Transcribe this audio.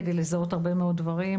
כדי לזהות הרבה מאוד דברים,